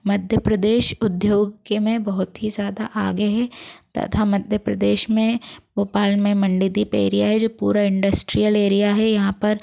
मध्य प्रदेश उद्योग के में बहुत ही ज़्यादा आगे है तथा मध्य प्रदेश में भोपाल में मंडीदीप एरिया है जो पूरा इंडस्ट्रियल एरिया है यहाँ पर